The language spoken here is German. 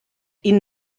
ihnen